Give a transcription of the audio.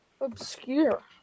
Obscure